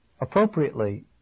appropriately